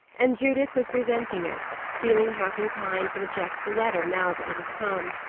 and judith was resenting it, feeling half inclined to reject the letter, now that it had come.